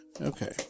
Okay